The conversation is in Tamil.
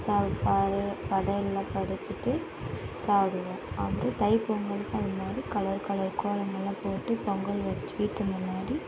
சா படையலெல்லாம் படைச்சிட்டு சாப்பிடுவோம் வந்து தை பொங்கலுக்கும் அதுமாதிரி கலர் கலர் கோலமெல்லாம் போட்டு பொங்கல் வச்சு வீட்டு முன்னாடி